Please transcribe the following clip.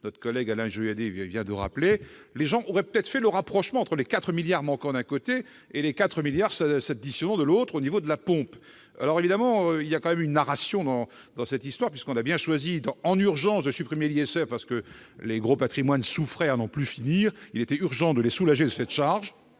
notre collègue Alain Joyandet, nos concitoyens auraient peut-être fait le rapprochement entre les 4 milliards d'euros manquants d'un côté, et les 4 milliards d'euros s'additionnant de l'autre au niveau de la pompe ... Il y a tout de même une narration dans cette histoire : on a bien choisi, en urgence, de supprimer l'ISF parce que les gros patrimoines souffraient à n'en plus finir et qu'il était urgent de les soulager de cette charge